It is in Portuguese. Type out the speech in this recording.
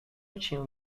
tinham